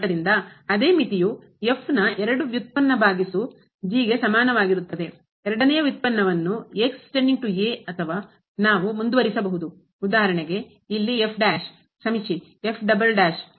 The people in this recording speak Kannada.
ಆದ್ದರಿಂದ ಅದೇ ಮಿತಿಯು ಎರಡನೇ ವ್ಯುತ್ಪನ್ನಭಾಗಿಸು ಎರಡನೆಯ ವ್ಯುತ್ಪನ್ನವನ್ನು ಅಥವಾ ನಾವು ಮುಂದುವರಿಸಬಹುದು ಉದಾಹರಣೆಗೆ ಇಲ್ಲಿ ಕ್ಷಮಿಸಿ